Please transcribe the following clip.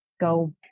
go